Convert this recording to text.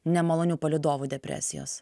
nemalonių palydovų depresijos